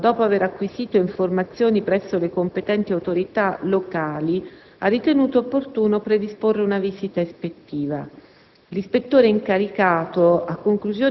La Direzione generale per il cinema, dopo aver acquisito informazioni presso le competenti autorità locali, ha ritenuto opportuno predisporre una visita ispettiva.